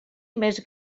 més